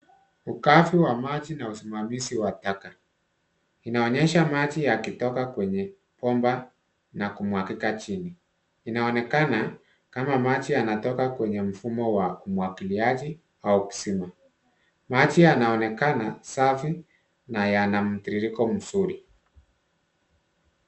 Ukavu wa maji na usimamizi wa taka .Inaonyesha maji yakitoka kwenye bomba na kumwagika chini. Inaonekana kama maji yanatoka kwenye mfumo wa umwagiliaji au wa kisima. Maji yanonekana safi na yana mtiririko mzuri.